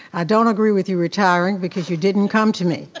i don't agree with you retiring because you didn't come to me.